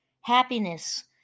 happiness